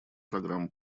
программ